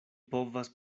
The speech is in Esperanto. povas